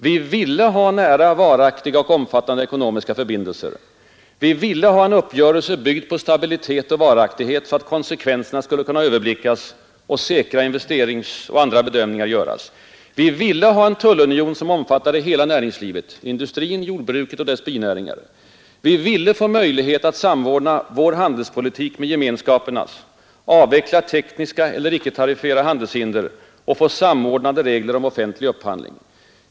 Vi ville ha ”nära, varaktiga och omfattande ekonomiska förbindelser”. Vi ville ha en uppgörelse byggd på stabilitet och varaktighet, så att konsekvenserna skulle kunna överblickas och säkra investeringsoch andra bedömningar göras. Vi ville ha en tullunion, som omfattade hela näringslivet — industrin och jordbruket med dess binäringar. Vi ville få möjlighet att samordna vår handelspolitik med gemenskapernas, avveckla tekniska eller icke-tariffära handelshinder och få samordnade regler om offentlig upphandling.